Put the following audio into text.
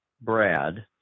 Brad